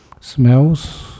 smells